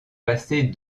passée